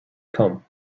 come